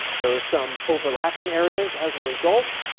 there are some overlapping areas as a result.